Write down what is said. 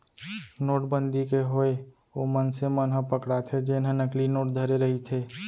नोटबंदी के होय ओ मनसे मन ह पकड़ाथे जेनहा नकली नोट धरे रहिथे